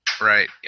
Right